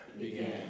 Began